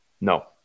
No